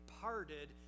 parted